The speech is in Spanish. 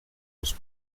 los